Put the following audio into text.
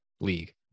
league